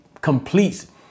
completes